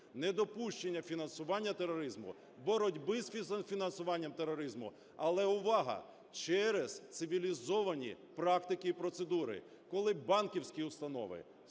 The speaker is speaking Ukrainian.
недопущення фінансування тероризму, боротьби з фінансування тероризму. Але, увага, через цивілізовані практики і процедури. Коли банківські установи